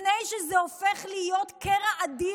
לפני שזה הופך להיות קרע אדיר.